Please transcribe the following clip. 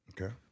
Okay